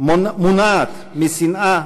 מוּנעת משנאה,